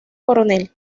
coronel